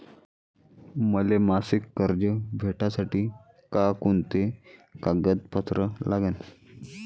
मले मासिक कर्ज भेटासाठी का कुंते कागदपत्र लागन?